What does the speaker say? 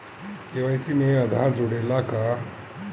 KYC में आधार जुड़े ला का?